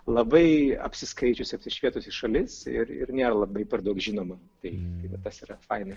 labai apsiskaičiusi apsišvietusi šalis ir ir nėra labai per daug žinoma tai va tas yra fainai